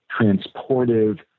transportive